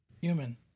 Human